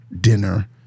dinner